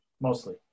mostly